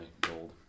gold